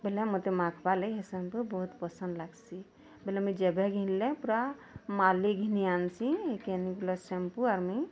ବେଲେ ମୋତେ ମାଖ୍ବାଲାଗି ସେ ସାମ୍ପୁ ବହୁତ୍ ପସନ୍ଦ୍ ଲାଗ୍ସି ବେଲେ ମୁଇଁ ଯେବେ କିନ୍ଲେ ପୂରା ମାଲେ ଘିନି ଆନ୍ସିଁ କ୍ଲିନିକ୍ ପ୍ଲସ୍ ସାମ୍ପୁ ଆର୍ ମୁଇଁ